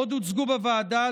עוד הוצגו בוועדה,